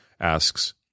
asks